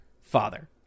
Father